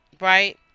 right